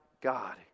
God